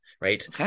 right